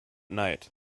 night